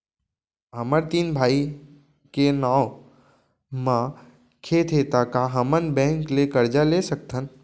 हमर तीन भाई के नाव म खेत हे त का हमन बैंक ले करजा ले सकथन?